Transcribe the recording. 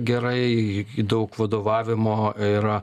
gerai daug vadovavimo yra